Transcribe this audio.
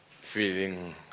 feeling